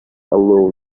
alone